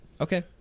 Okay